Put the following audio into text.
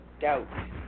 doubt